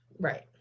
Right